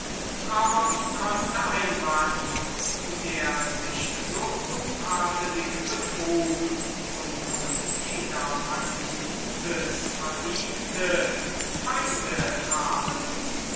agathons wie konnte ein mann der sich so untadelich betrug und um jedermann gutes verdiente feinde haben